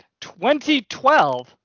2012